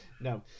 no